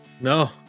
No